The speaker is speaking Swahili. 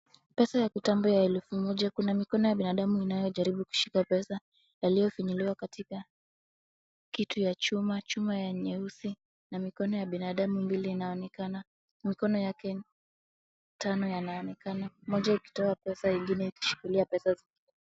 Pesa ya kitambo ya elfu moja. Kuna mikono ya binadamu inayojaribu kushika pesa yaliyofinyiliwa katika kitu ya chuma, Chuma ya nyeusi na mikono ya binadamu mbili inaonekana mikono yake tano inaonekana moja ikitoa pesa ingine ikichukulia pesa.